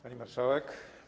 Pani Marszałek!